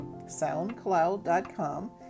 soundcloud.com